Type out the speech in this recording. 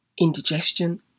indigestion